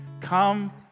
come